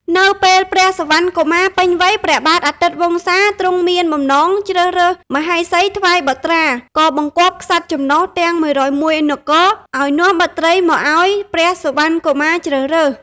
នៅពេលព្រះសុវណ្ណកុមារពេញវ័យព្រះបាទអាទិត្យវង្សាទ្រង់មានបំណងជ្រើសរើសមហេសីថ្វាយបុត្រា ក៏បង្គាប់ក្សត្រចំណុះទាំង ១០១ នគរ ឱ្យនាំបុត្រីមកឱ្យព្រះសុវណ្ណកុមារជ្រើសរើស។